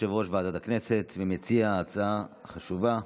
יושב-ראש ועדת הכנסת ומציע ההצעה החשובה.